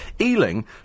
Ealing